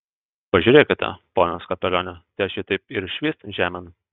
pažiūrėkite ponas kapelione tai aš jį taip ir švyst žemėn